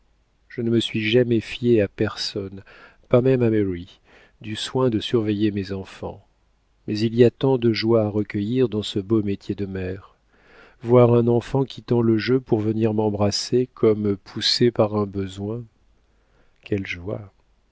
je ne me suis jamais fiée à personne pas même à mary du soin de surveiller mes enfants mais il y a tant de joies à recueillir dans ce beau métier de mère voir un enfant quittant le jeu pour venir m'embrasser comme poussé par un besoin quelle joie